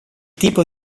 tipo